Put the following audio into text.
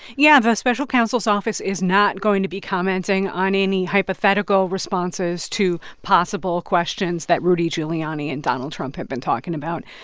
yeah. the special counsel's office is not going to be commenting on any hypothetical responses to possible questions that rudy giuliani and donald trump have been talking about.